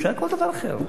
אפשר כל דבר אחר.